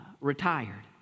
retired